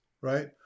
right